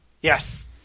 Yes